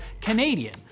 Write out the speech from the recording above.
Canadian